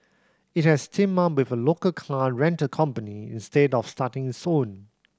it has teamed up with a local car rental company instead of starting its own